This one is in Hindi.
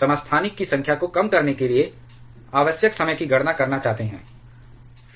समस्थानिक की संख्या को कम करने के लिए आवश्यक समय की गणना करना चाहते हैं